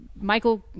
Michael